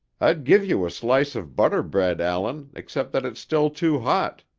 i'd give you a slice of butter bread, allan, except that it's still too hot.